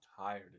tired